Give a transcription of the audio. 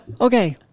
Okay